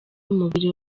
umubiri